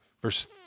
Verse